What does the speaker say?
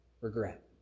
regret